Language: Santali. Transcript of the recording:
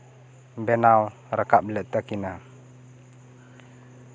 ᱵᱮᱱᱟᱣ ᱨᱟᱠᱟᱯ ᱞᱮᱫ ᱛᱟᱹᱠᱤᱱᱟ